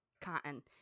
Cotton